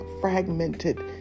fragmented